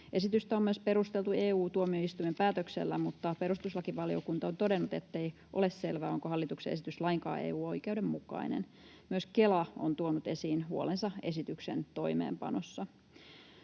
Esitystä on myös perusteltu EU-tuomioistuimen päätöksellä, mutta perustuslakivaliokunta on todennut, ettei ole selvää, onko hallituksen esitys lainkaan EU-oikeuden mukainen. Myös Kela on tuonut esiin huolensa esityksen toimeenpanosta.